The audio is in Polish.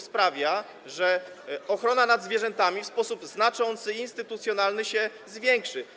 sprawia, że ochrona nad zwierzętami w sposób znaczący, instytucjonalny się zwiększy.